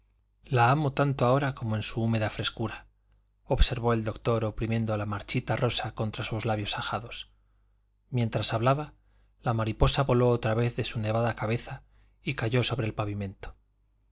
la amo tanto ahora como en su húmeda frescura observó el doctor oprimiendo la marchita rosa contra sus labios ajados mientras hablaba la mariposa voló otra vez de su nevada cabeza y cayó sobre el pavimento